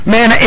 Man